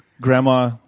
Grandma